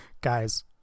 guys